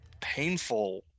painful